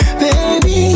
baby